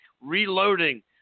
reloading